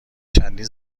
چندین